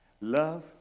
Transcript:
Love